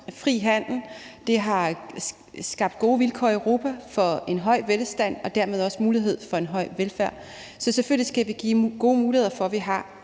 fri handel. Det har skabt gode vilkår i Europa for en høj velstand og dermed også mulighed for en høj velfærd, så selvfølgelig skal vi give gode muligheder for, at vi har